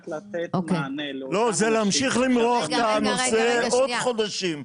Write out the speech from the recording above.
זה להמשיך 'למרוח' את הנושא עוד חודשים.